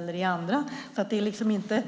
Det är inte